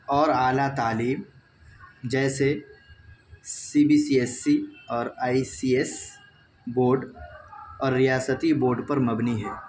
اور اعلیٰ تعلیم جیسے C B C S C اور آئی سی ایس بورڈ اور ریاستی بورڈ پر مبنی ہے